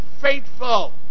faithful